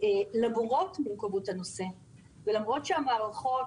למרות מורכבות הנושא ולמרות שהמערכות